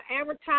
advertise